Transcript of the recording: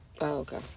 Okay